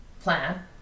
plan